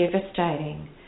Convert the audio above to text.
devastating